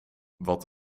wat